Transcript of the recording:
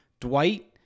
Dwight